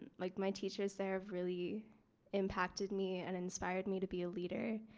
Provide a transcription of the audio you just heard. like my teachers they're really impacted me and inspired me to be a leader.